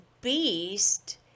beast